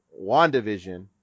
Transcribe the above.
WandaVision